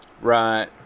Right